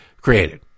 created